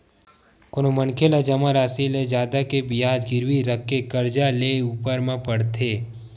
कोनो मनखे ला जमा रासि ले जादा के बियाज गिरवी रखके करजा लेय ऊपर म पड़थे